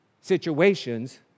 situations